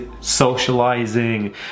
socializing